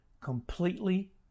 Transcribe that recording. completely